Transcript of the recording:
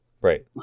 right